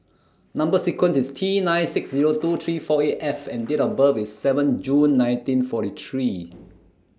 Number sequence IS T nine six Zero two three four eight F and Date of birth IS seven June nineteen forty three